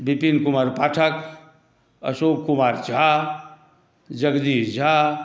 Vipin Kumar Pathak Ashok Kumar Jha Jagdish Jha